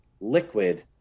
liquid